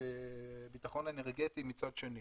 וביטחון אנרגטי מצד שני.